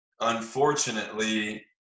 unfortunately